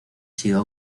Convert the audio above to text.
sido